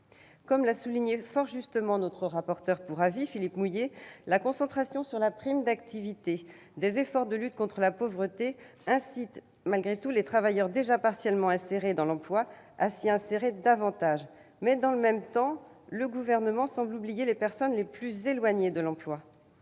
Comme l'a souligné fort justement notre rapporteur pour avis, Philippe Mouiller, la concentration sur la prime d'activité des efforts de lutte contre la pauvreté incite les travailleurs déjà partiellement insérés dans l'emploi à s'y insérer davantage, mais, dans le même temps, le Gouvernement semble oublier les personnes les plus éloignées de l'emploi.